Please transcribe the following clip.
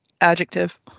adjective